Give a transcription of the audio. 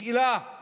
השאלה היא